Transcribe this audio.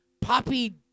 poppy